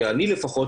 אני לפחות,